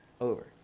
Over